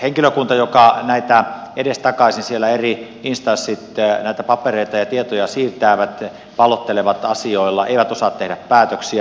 henkilökunta ja eri instanssit jotka edestakaisin siellä näitä papereita ja tietoja siirtävät pallottelevat asioilla eivät osaa tehdä päätöksiä